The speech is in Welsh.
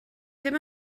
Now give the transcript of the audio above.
ddim